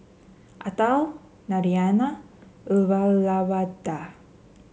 Atal Naraina and Uyyalawada